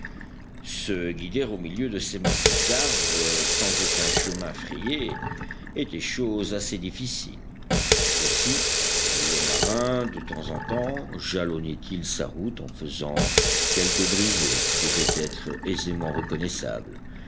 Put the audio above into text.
se guider au milieu de ces massifs d'arbres sans aucun chemin frayé était chose assez difficile aussi le marin de temps en temps jalonnait il sa route en faisant quelques brisées qui devaient être aisément reconnaissables